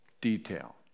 detail